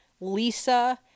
Lisa